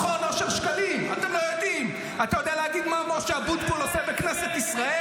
אתם עצמכם לא יודעים מה כל אחד עושה, ובגלל זה